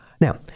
Now